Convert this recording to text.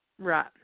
right